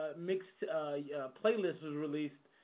ah mixed playlist was released.